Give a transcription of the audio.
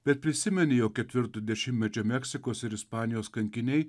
bet prisimeni jog ketvirto dešimtmečio meksikos ir ispanijos kankiniai